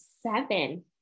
seven